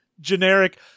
generic